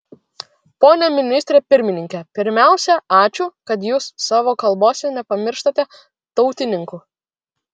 pone ministre pirmininke pirmiausia ačiū kad jūs savo kalbose nepamirštate tautininkų